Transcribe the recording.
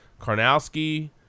Karnowski